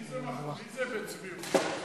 מי זה בצביעות?